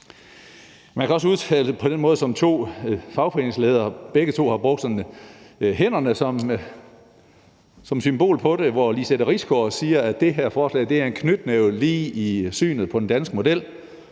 Man kan også udtale sig på den måde, som to fagforeningsledere begge har gjort. De har brugt hænderne som symbol på det. Lizette Risgaard siger, at det her forslag er en »knytnæve i synet« på den danske model.